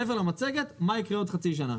מה יקרה בעוד חצי שנה,